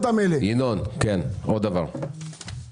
לא, לא עושים מופעים לציבור החרדי.